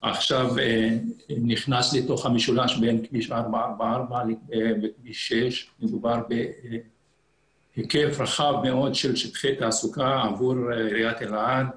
עכשיו נכנס לתוך המשולש בין כביש 444 לכביש 6. מדובר בהיקף רחב מאוד של שטחי תעסוקה עבור אלעד,